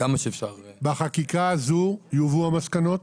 בחקיקה הזו יובאו המסקנות?